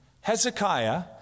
Hezekiah